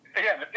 again